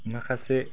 माखासे